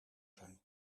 zijn